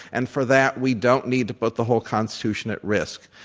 and for that, we don't need to put the whole constitution at risk.